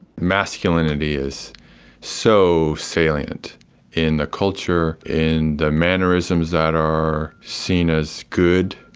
masculinity is so salient in the culture, in the mannerisms that are seen as good,